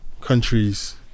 countries